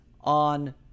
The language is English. on